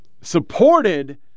supported